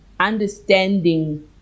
Understanding